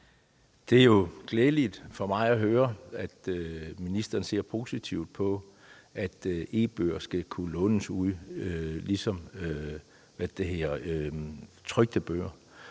Det er glædeligt for mig at høre, at ministeren ser positivt på, at e-bøger skal kunne lånes ud på samme måde som trykte bøger.